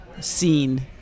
scene